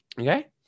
Okay